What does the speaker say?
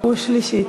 אחד נגד.